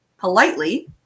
politely